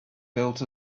built